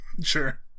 Sure